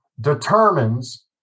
determines